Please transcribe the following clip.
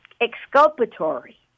exculpatory